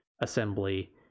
assembly